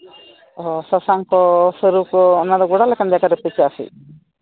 ᱥᱟᱥᱟᱝ ᱠᱚ ᱥᱟᱹᱨᱩ ᱠᱚ ᱚᱱᱟᱫᱚ ᱜᱚᱰᱟ ᱞᱮᱠᱟᱱ ᱡᱟᱭᱜᱟ ᱨᱮᱯᱮ ᱪᱟᱥᱟ